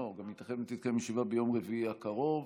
ייתכן שתתקיים ישיבה ביום רביעי הקרוב